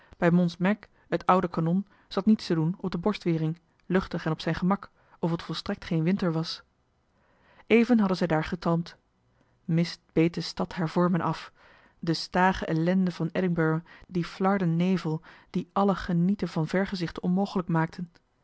bij mons meg het oude kanon zat niets te doen op de borstwering luchtig en op zijn gemak of het volstrekt geen winter was even hadden zij daar getalmd mist beet de stad haar vormen af de stâge ellende van edinburg die flarden nevel die alle genieten van vergezichten onmogelijk maakten